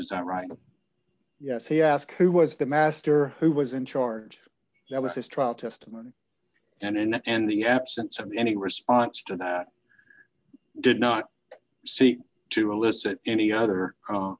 is that right yes he asked who was the master who was in charge that was his trial testimony and the absence of any response to that did not seek to elicit any other